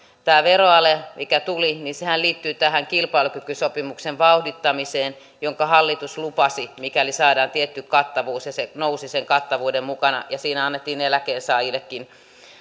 tämä veroalehan mikä tuli liittyy tämän kilpailukykysopimuksen vauhdittamiseen jonka hallitus lupasi mikäli saadaan tietty kattavuus ja se nousi sen kattavuuden mukana siinä annettiin eläkkeensaajillekin